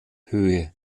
höhe